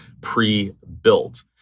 pre-built